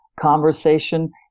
conversation